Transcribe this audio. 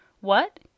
What